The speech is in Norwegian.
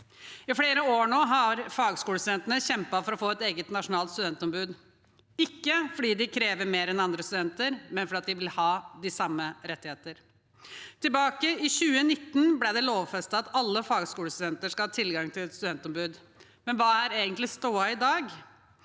I flere år nå har fagskolestudentene kjempet for å få et eget nasjonalt studentombud – ikke fordi de krever mer enn andre studenter, men fordi de vil ha de samme rettighetene. Tilbake i 2019 ble det lovfestet at alle fagskolestudenter skal ha tilgang til et studentombud, men hva er egentlig stoda i dag?